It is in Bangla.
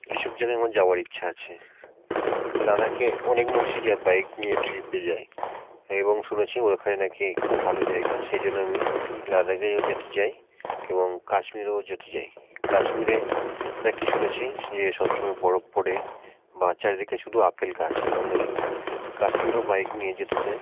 এইসব জায়গায় আমার যাওয়ার ইচ্ছা আছে লাদাখে অনেক মানুষই যায় বাইক নিয়ে ট্রিপে যায় এবং শুনেছি ওখানে নাকি খুব ভালো জায়গা সেই জন্য আমি লাদাখেও যেতে চাই এবং কাশ্মীরও যেতে চাই কাশ্মীরে নাকি শুনেছি যে সবসময় বরফ পড়ে বা চারিদিকে শুধু আপেল গাছ আমি কাশ্মীরও বাইক নিয়ে যেতে চাই